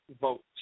votes